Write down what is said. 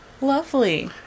Lovely